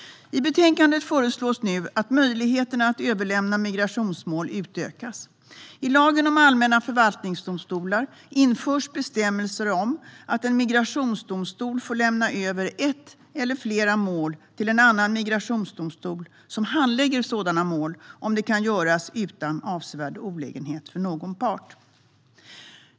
I betänkandet föreslås att möjligheten att överlämna migrationsmål utökas. I lagen om allmänna förvaltningsdomstolar införs bestämmelser om att en migrationsdomstol får lämna över ett eller flera mål till en annan migrationsdomstol som handlägger sådana mål, om det kan göras utan avsevärd olägenhet för någon part.